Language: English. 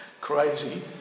crazy